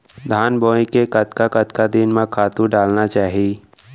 धान बोए के कतका कतका दिन म खातू डालना चाही?